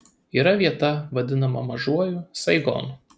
yra vieta vadinama mažuoju saigonu